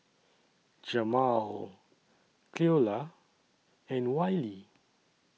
Jamaal Cleola and Wiley